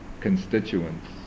constituents